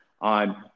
on